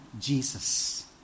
Jesus